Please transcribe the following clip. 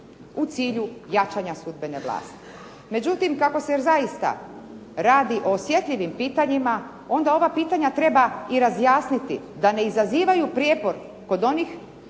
u cilju jačanja sudbene vlasti. Međutim, kako se zaista radi o osjetljivim pitanjima onda ova pitanja treba i razjasniti da ne izazivaju prijepor kod onih